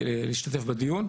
להשתתף בדיון,